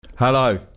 Hello